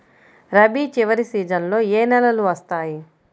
రబీ చివరి సీజన్లో ఏ నెలలు వస్తాయి?